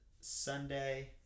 Sunday